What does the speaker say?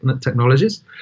technologies